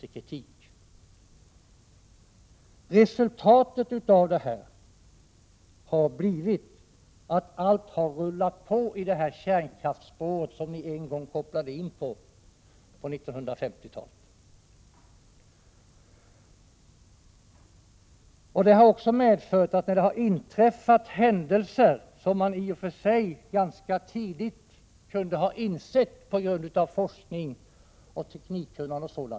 Resultatet har blivit att allt rullat på i det kärnkraftsspår vi en gång kopplat in på under 1950-talet. Det har också medfört att det inträffat händelser som man i och för sig ganska tidigt kunde ha insett på grund av forskning och teknikkunnande.